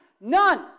None